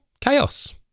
chaos